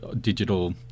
digital